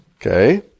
Okay